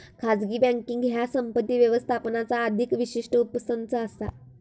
खाजगी बँकींग ह्या संपत्ती व्यवस्थापनाचा अधिक विशिष्ट उपसंच असा